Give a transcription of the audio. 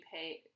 pay